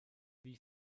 wie